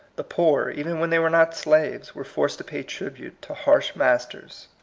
the poor, even when they were not slaves, were forced to pay tribute to harsh masters.